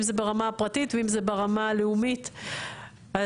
אם זה ברמה הפרטית ואם זה ברמה הלאומית אז